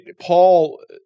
Paul